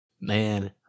Man